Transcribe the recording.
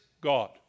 God